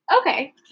Okay